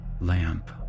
Lamp